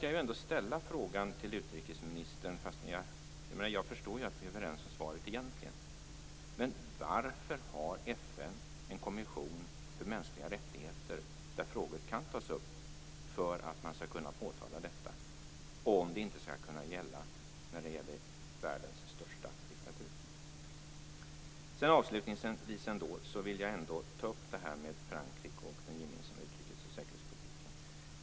Jag måste ställa frågan till utrikesministern, även om jag förstår att vi egentligen är överens om svaret: Varför har FN en kommission för mänskliga rättigheter där frågor kan tas upp för att man skall kunna påtala detta, om det inte skall kunna gälla för världens största diktatur? Avslutningsvis vill jag ta upp frågan om Frankrike och den gemensamma utrikes och säkerhetspolitiken.